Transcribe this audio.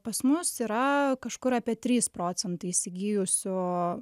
pas mus yra kažkur apie trys procentai įsigijusių